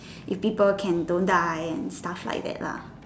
if people can don't die and stuff like that lah